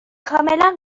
کاملا